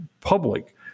public